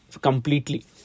Completely